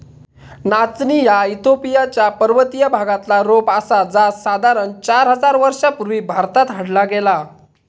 नाचणी ह्या इथिओपिया च्या पर्वतीय भागातला रोप आसा जा साधारण चार हजार वर्षां पूर्वी भारतात हाडला गेला